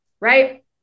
Right